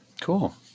cool